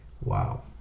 Wow